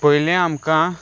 पयलें आमकां